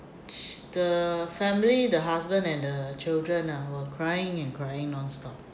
the family the husband and the children ah were crying and crying nonstop